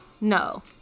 no